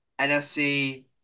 NFC